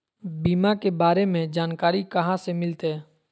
बीमा के बारे में जानकारी कहा से मिलते?